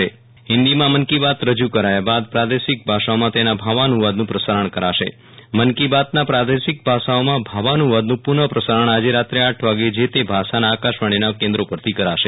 સવારે હિન્દીમાં મન કી બાતરજૂ કરાયા બાદ પ્રાદેશિક ભાષાઓમાં તેના ભાવાનુ વાદનું પ્રસારણ કરાશે મન કી બાતના પ્રાદેશિક ભાષાઓમાં ભાવાનુ વાદનું પુનઃ પ્રસારણ આવતીકાલે રાત્રે આઠ વાગે જે તેભાષાના આકાશવાણીના કેન્દ્રો પરથી કરાશે